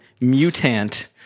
mutant